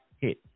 hit